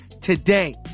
today